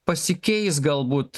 pasikeis galbūt